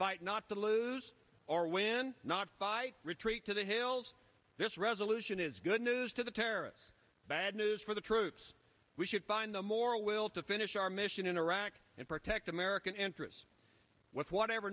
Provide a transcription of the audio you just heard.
fight not to lose or win not retreat to the hills this resolution is good news to the terrorists bad news for the troops we should find a more will to finish our mission in iraq and protect american interests with whatever